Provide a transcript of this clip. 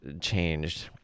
changed